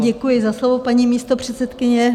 Děkuji za slovo, paní místopředsedkyně.